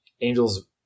Angels